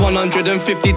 150